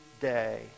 day